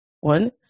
one